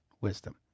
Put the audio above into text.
wisdom